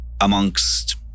Amongst